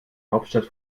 hauptstadt